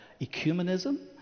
ecumenism